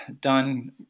done